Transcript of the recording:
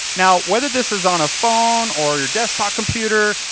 now, whether this is on a phone, or your desktop computer,